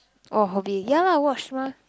oh hobby ya lah watch mah